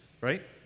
right